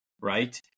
right